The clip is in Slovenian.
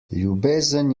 ljubezen